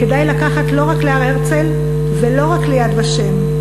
כדאי לקחת לא רק להר-הרצל ולא רק ל"יד ושם",